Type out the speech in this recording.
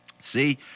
See